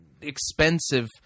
expensive